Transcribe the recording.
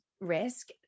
risk